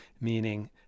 meaning